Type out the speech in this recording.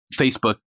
Facebook